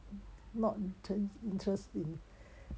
not inter~ interesting